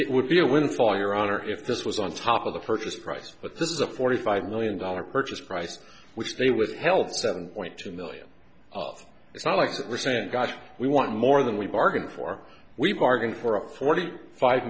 it would be a windfall your honor if this was on top of the purchase price but this is a forty five million dollars purchase price which they withheld seven point two million it's not like the percent got we want more than we bargained for we bargained for a forty five